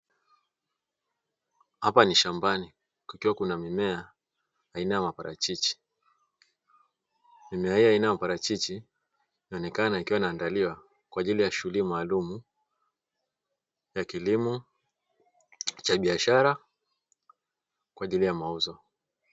Hapa ni shambani, kukiwa kuna mimea aina ya maparachichi. Mimea hiyo aina ya maparachichi inaonekana ikiwa inaandaliwa kwa ajili ya shughuli maalumu ya kilimo cha biashara kwa ajili ya mauzo.